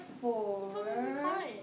four